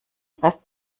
rest